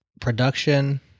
Production